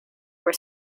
were